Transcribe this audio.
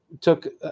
took